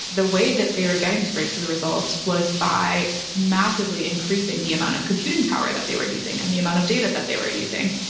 the way that they were getting to breakthrough results was by massively increasing the amount of computing power that they were using and the amount of data that they were using.